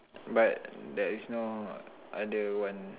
but there is no other one